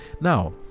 Now